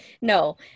no